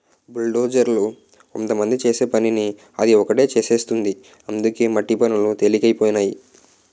బుల్డోజర్లు వందమంది చేసే పనిని అది ఒకటే చేసేస్తుంది అందుకే మట్టి పనులు తెలికైపోనాయి